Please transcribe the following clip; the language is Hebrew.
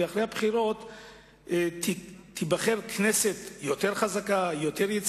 ולאחר הבחירות תיבחר כנסת חזקה יותר,